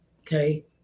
Okay